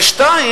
וכן,